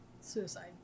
Suicide